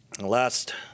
Last